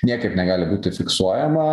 niekaip negali būti fiksuojama